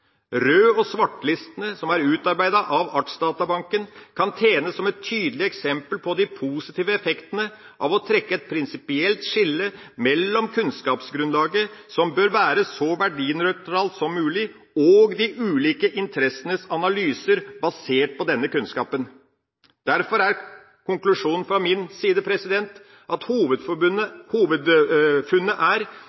Rød- og svartlistene som er utarbeidet av Artsdatabanken, kan tjene som et tydelig eksempel på de positive effektene av å trekke et prinsipielt skille mellom kunnskapsgrunnlaget, som bør være så verdinøytralt som mulig, og de ulike interessenes analyser basert på denne kunnskapen. Derfor er konklusjonen fra min side at hovedfunnet er at